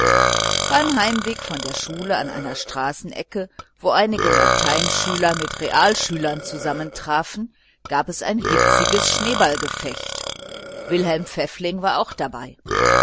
im heimweg von der schule an einer straßenecke wo einige lateinschüler mit realschülern zusammentrafen gab es ein hitziges schneeballengefecht wilhelm pfäffling war auch dabei